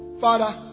Father